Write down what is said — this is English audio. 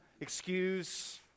excuse